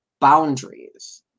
boundaries